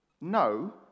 no